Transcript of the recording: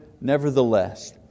nevertheless